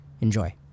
Enjoy